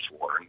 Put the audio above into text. war